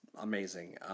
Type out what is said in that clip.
amazing